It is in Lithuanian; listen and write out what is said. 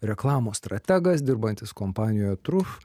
reklamos strategas dirbantis kompanijoje truf